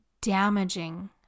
damaging